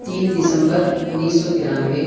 تین دسمبر اُنیس سو ترانوے